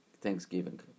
Thanksgiving